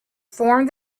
formed